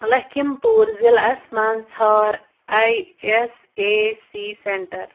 لَکِھم پور ضِلعَس منٛز ژھانڈ آی اؠس آے سی سیٚنٹَر